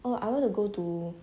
oh I want to go to